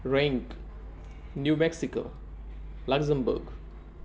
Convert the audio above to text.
rank new Mexico लागंजनबर्ग